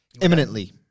Imminently